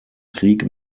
krieg